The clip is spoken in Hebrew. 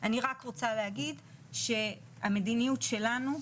אני רק רוצה להגיד שהמדיניות שלנו,